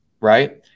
right